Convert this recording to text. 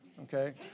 okay